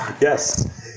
Yes